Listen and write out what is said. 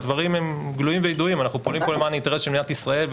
הדברים הם גלויים וידועים אנחנו פונים פה למען האינטרס של מדינת ישראל,